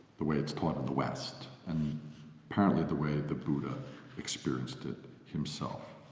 the way it's taught in the west, and apparently the way the buddha experienced it himself!